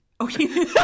Okay